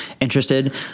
interested